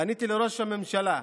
פניתי לראש הממשלה: